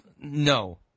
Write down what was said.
No